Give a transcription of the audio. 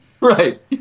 Right